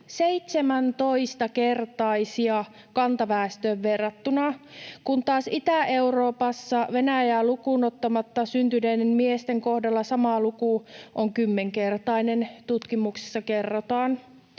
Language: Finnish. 17-kertaisia — kantaväestöön verrattuna, kun taas Itä-Euroopassa, Venäjää lukuun ottamatta, syntyneiden miesten kohdalla sama luku on kymmenkertainen, tutkimuksessa kerrotaan.